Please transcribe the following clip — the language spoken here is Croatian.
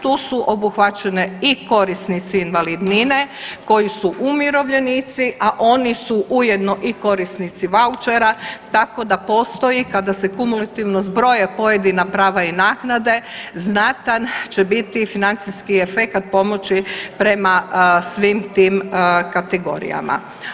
Tu su obuhvaćane i korisnici invalidnine koji su umirovljenici, a oni su ujedno i korisnici vaučera tako da postoji kada se kumulativno zbroje pojedina prava i naknade znatan će biti financijski efekat pomoći prema svim tim kategorijama.